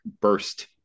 burst